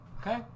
Okay